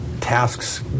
tasks